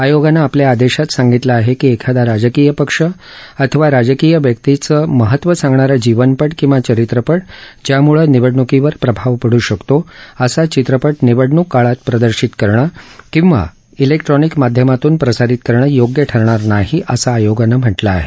आयोगानं आपल्या आदेशात सांगितलं आहे की एखादा राजकीय पक्ष अथवा राजकीय व्यक्तीचं महत्त्व सांगणारा जीवनपट किंवा चरित्रपट ज्यामुळे निवडणुकीवर प्रभाव पडू शकतो असा चित्रपट निवडणूक काळात प्रदर्शित करणं किंवा क्रिक्ट्रॉनिक माध्यमांमधून प्रसारित करणं योग्य ठरणार नाही असं आयोगानं म्हटलं आहे